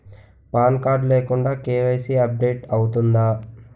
Pan card లేకుండా KYC update అవుతుందా?